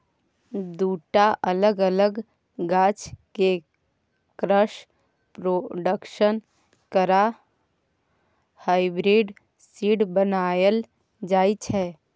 दु टा अलग अलग गाछ केँ क्रॉस प्रोडक्शन करा हाइब्रिड सीड बनाएल जाइ छै